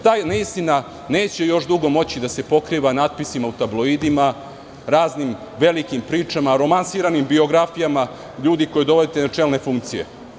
Ta neistina neće moći još dugo da se pokriva natpisima u tabloidima raznim velikim pričama, romansiranim biografijama ljudi koje dovodite na čelne funkcije.